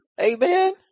Amen